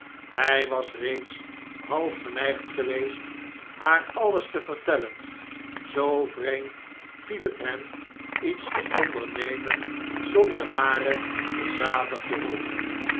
hjj was reeds half geneigdgeweest haar alles te vertellen zoo vreemd viel het hem iets te ondernemen zonder hare bezadigde hulp